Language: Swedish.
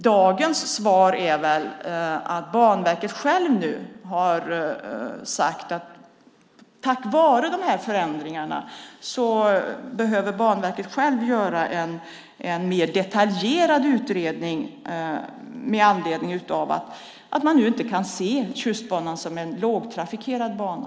Dagens svar är att Banverket självt har sagt att man i och med de här förändringarna behöver göra en mer detaljerad utredning med anledning av att man inte nu kan se Tjustbanan som en lågtrafikerad bana.